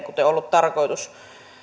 kuten on ollut tarkoitus